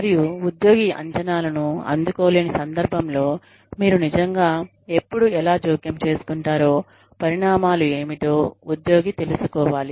మరియు ఉద్యోగి అంచనాలను అందుకో లేని సందర్భంలో మీరు నిజంగా ఎప్పుడు ఎలా జోక్యం చేసుకుంటారో పరిణామాలు ఏమిటో ఉద్యోగి తెలుసుకోవాలి